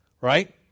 right